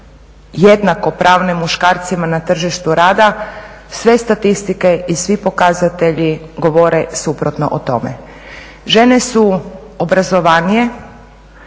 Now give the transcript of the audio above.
jednakopravne muškarcima na tržištu rada sve statistike i svi pokazatelji govore suprotno o tome. Žene su obrazovanije